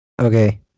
Okay